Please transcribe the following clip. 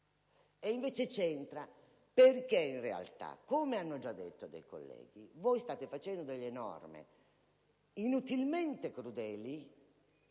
Invece c'entra, perché in realtà, come hanno già detto alcuni colleghi, state approvando delle norme inutilmente crudeli,